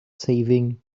saving